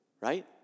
right